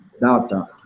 data